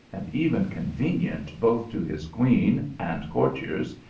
and even convenient both to his queen and courtiers,